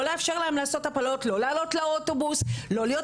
לא לאפשר להם לעשות הפלות לא לעלות לאוטובוס לא להיות